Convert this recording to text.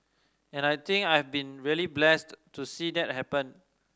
and I think I've been really blessed to see that happen